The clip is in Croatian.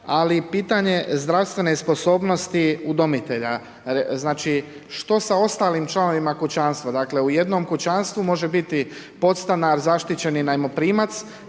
ali pitanje je zdravstvene sposobnosti udomitelja. Znači, što sa ostalim članovima kućanstva. Dakle, u jednom kućanstvu može biti podstanar, zaštićeni najmoprimac,